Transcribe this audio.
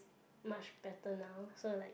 much better now so like